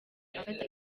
afata